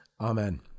Amen